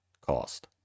cost